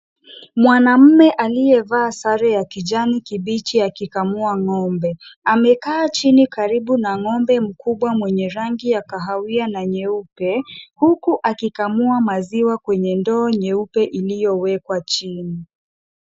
Mwanaume aliyevaa sare ya kijani kibichi akikamua ng'ombe. Amekaa chini karibu na ng'ombe mkubwa mwenye rangi ya kahawia na nyeupe, huku akikamua maziwa kwenye ndoo nyeupe iliyowekwa chini.